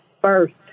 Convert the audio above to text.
first